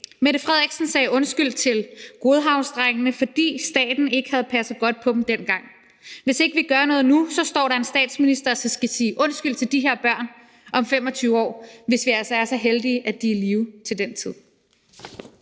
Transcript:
Statsministeren sagde undskyld til Godhavnsdrengene, fordi staten ikke havde passet godt på dem dengang. Hvis ikke vi gør noget nu, står der en statsminister og skal sige undskyld til de her børn om 25 år – hvis vi altså er så heldige, at de er i live til den tid.